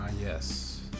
yes